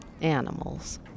animals